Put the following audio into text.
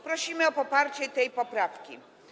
Prosimy o poparcie tej poprawki.